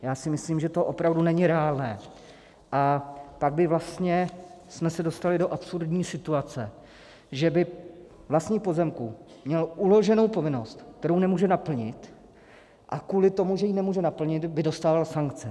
Já si myslím, že to opravdu není reálné, a tak bychom se vlastně dostali do absurdní situace, že by vlastník pozemku měl uloženou povinnost, kterou nemůže naplnit, a kvůli tomu, že ji nemůže naplnit, by dostal sankce.